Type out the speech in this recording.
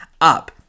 up